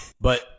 But-